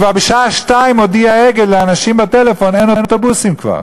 כבר בשעה 14:00 הודיעה "אגד" לאנשים בטלפון: אין אוטובוסים כבר.